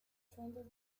fondos